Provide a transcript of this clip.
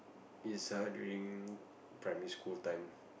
it's err during primary school time